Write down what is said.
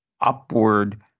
upward